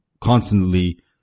constantly